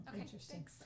Interesting